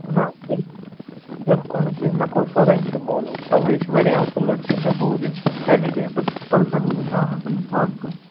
نہَ بِلکُل بلکُل نہٕ کِہیٖنٛۍ مےٚ کوٚر سورُے کیٚنٛہہ معلوٗم تَوَے یہِ چھُ وارِیاہ اَصٕل لڑکہٕ مےٚ بوٗز أمۍ سُنٛد سارنٕے جاین پٔرسَنَلی زانن بہٕ یہِ پانہٕ تہٕ